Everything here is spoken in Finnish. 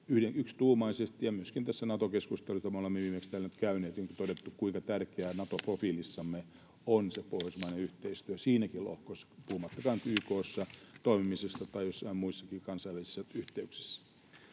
yksituumaisesti ja myöskin tässä Nato-keskustelussa, jota me olemme viimeksi täällä käyneet, on todettu, kuinka tärkeää Nato-profiilissamme on pohjoismainen yhteistyö siinäkin lohkossa, puhumattakaan nyt YK:ssa toimimisesta tai joissain muissakin kansainvälisissä yhteyksissä.